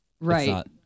Right